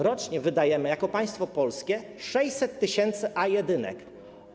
Rocznie wydajemy jako państwo polskie 600 tys. A1.